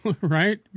right